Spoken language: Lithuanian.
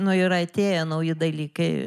nu yra atėję nauji dalykai